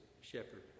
shepherd